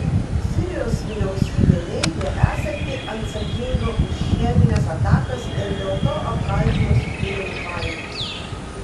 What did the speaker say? sirijos vyriausybė neigia esanti atsakinga už chemines atakas ir dėl to apkaltino sukilėlių pajėgas